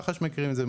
מח"ש מכירים את זה,